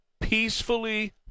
peacefully